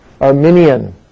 Arminian